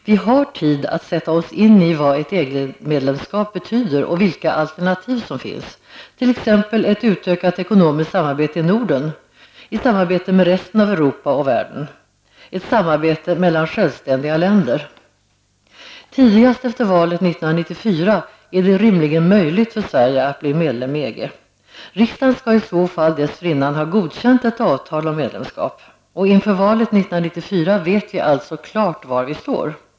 Vi har tid att sätta oss in i vad ett EG-medlemskap betyder och vilka alternativ som finns, t.ex. ett utökat ekonomiskt samarbete i Norden, i samarbete med resten av Europa och världen. Det kan vara ett samarbete mellan självständiga länder. Tidigast efter valet 1994 är det rimligen möjligt för Sverige att bli medlem i EG. Riksdagen skall i så fall dessförinnan ha godkänt ett avtal om medlemskap. Inför valet 1994 vet vi alltså klart var vi står.